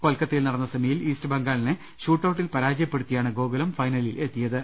കൊൽക്കത്തയിൽനടന്ന semi യിൽ east ബംഗാളിനെ ഷൂട്ടൌട്ടിൽ പരാജയപ്പെടുത്തിയാണ് ഗോകുലം ഫൈനലിലെത്തിയത്